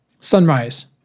Sunrise